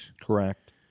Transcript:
Correct